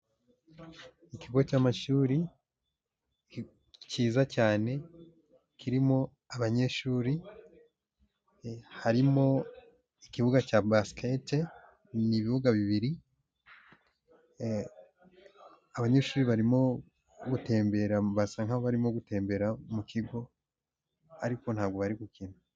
Ikigo cy'amashuri cyiza cyane, kirimo abanyeshuri, harimo ikibuga cya basket, n'ibibuga bibiri, abanyeshuri barimo gutembera, basa nka bamo gutembera mu kigo, ariko ntabwo bari gukina.